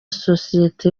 sosiyete